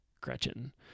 Gretchen